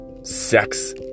sex